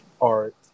art